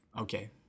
Okay